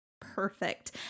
perfect